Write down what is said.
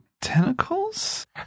tentacles